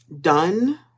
done